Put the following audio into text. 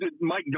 Mike